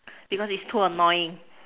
because is too annoying